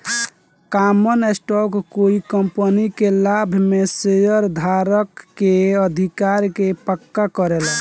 common stock कोइ company के लाभ में शेयरधारक के अधिकार के पक्का करेला